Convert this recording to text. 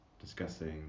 discussing